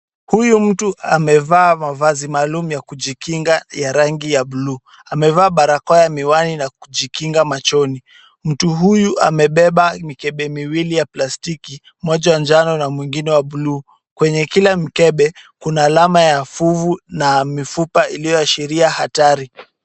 Huyu mtu amevaa mavazi maalum ya kujikinga ya rangi ya buluu .Amevaa barakoa ya miwani na kujikinga machoni. Mtu huyu amebeba mikebe miwili ya plastiki moja wa njano na mwingine wa buluu. Kwenye kila mkebe kuna alama ya fuvu na mifupa iliyoashiria hatari.